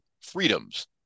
freedoms